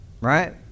Right